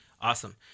Awesome